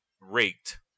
Raked